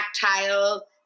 tactile